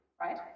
right